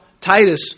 Titus